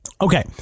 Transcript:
Okay